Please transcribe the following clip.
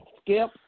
skip